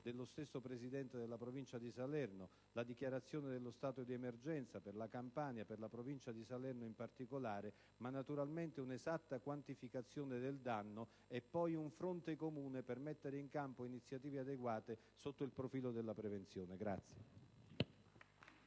dello stesso presidente della Provincia di Salerno: la dichiarazione dello stato di emergenza per la Campania, per la provincia di Salerno in particolare, ma naturalmente un'esatta quantificazione del danno, e poi un fronte comune per mettere in campo iniziative adeguate sotto il profilo della prevenzione.